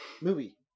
movie